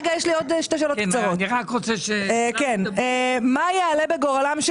עוד שתי שאלות קצרות: מה יעלה בגורלם של